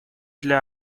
для